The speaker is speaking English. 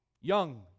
Young